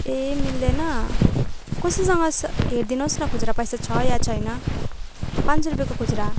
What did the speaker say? ए मिल्दैन कसैसँग हेरिदिनुहोस् न खुजरा पैसा छ या छैन पाँच सय रुपियाँको खुजरा